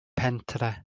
pentre